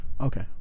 Okay